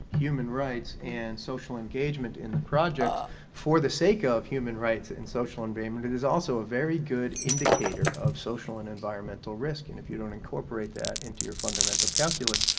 human rights, and social engagement in projects for the sake of human rights and social environment. it is also a very good indicator of social and environmental risk. and if you don't incorporate that into your fundamental calculus,